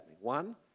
One